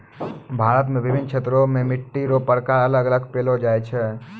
भारत मे विभिन्न क्षेत्र मे मट्टी रो प्रकार अलग अलग पैलो जाय छै